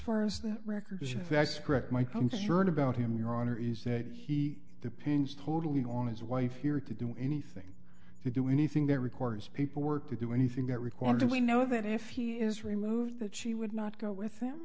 far as that record is yes that's correct my concern about him your honor is that he the pain is totally on his wife here to do anything to do anything that requires people work to do anything that required we know that if he is removed that she would not go with